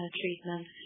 treatment